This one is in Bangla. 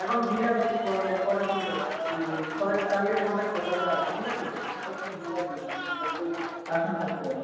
এখন ভিড় আছে একটু প পরে ফোন কোর পরে কালকেরে কনট্যাক্ট করে কালকে আসবে ঠিক আছে এখন একটু ভিড় আছে একটু কাস্টমার কাস্টমার ছাড়তে হবে